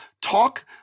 talk